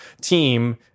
team